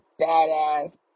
badass